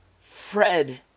Fred